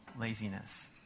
laziness